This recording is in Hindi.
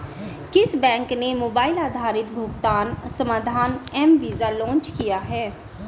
किस बैंक ने मोबाइल आधारित भुगतान समाधान एम वीज़ा लॉन्च किया है?